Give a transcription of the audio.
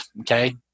Okay